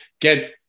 get